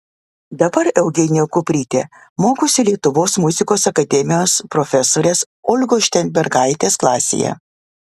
dabar eugenija kuprytė mokosi lietuvos muzikos akademijos profesorės olgos šteinbergaitės klasėje